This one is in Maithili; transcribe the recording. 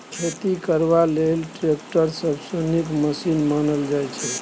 खेती करबा लेल टैक्टर सबसँ नीक मशीन मानल जाइ छै